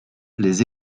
les